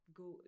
go